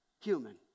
human